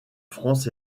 france